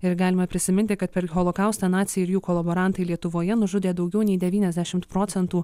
ir galima prisiminti kad per holokaustą naciai ir jų kolaborantai lietuvoje nužudė daugiau nei devyniasdešimt procentų